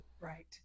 right